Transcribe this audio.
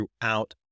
throughout